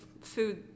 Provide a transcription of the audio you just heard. food